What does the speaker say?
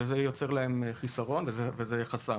זה יוצר להם חיסרון וזה חסם.